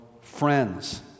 friends